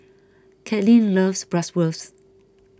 Kaitlyn loves Bratwurst